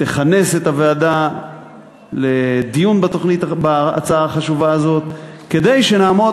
תכנס את הוועדה לדיון בהצעה החשובה הזאת כדי שנעמוד